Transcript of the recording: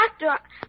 Doctor